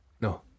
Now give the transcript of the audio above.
no